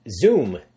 Zoom